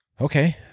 Okay